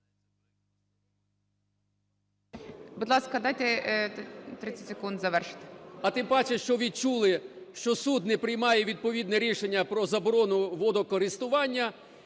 Будь ласка, дайте 30 секунд завершити. ЛИТВИН В.М. А тим паче, що відчули, що суд не приймає відповідне рішення про заборону водокористування,